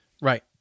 Right